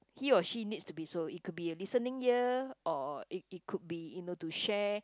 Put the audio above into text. he or she needs to be so it could be a listening ear or it it could be you know to share